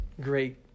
great